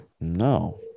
No